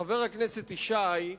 חבר הכנסת ישי,